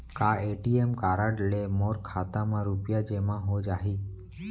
का ATM card ले मोर खाता म रुपिया जेमा हो जाही?